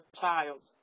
child